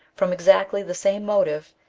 from exactly the same motive,